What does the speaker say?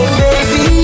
baby